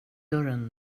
dörren